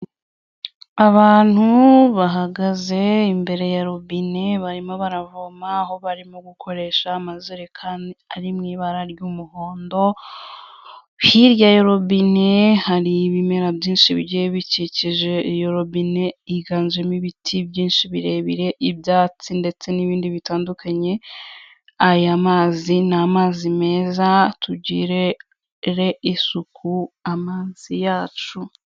Abantu bahagaze imbere ya robine barimo baravoma aho barimo gukoresha amajerekani ari mu ibara ry'umuhondo; hirya ya robine hari ibimera byinshi bigiye bikikije iyo robine; higanjemo ibiti byinshi birebire, ibyatsi, ndetse n'ibindi bitandukanye. Aya mazi ni amazi meza; tugirire isuku amazi yacu.